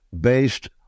based